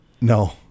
No